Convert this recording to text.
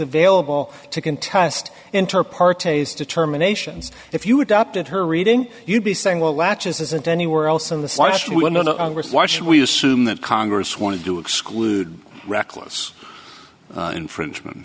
available to contest inter partes determinations if you adopted her reading you'd be saying well latches isn't anywhere else in the slush why should we assume that congress wanted to exclude reckless infringement